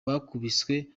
bakubiswe